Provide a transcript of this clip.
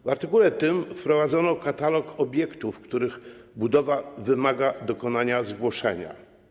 W artykule tym wprowadzono katalog obiektów, których budowa wymaga dokonania zgłoszenia.